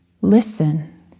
listen